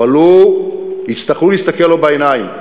אבל הוא, יצטרכו להסתכל לו בעיניים.